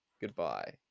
goodbye